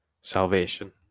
salvation